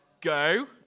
Go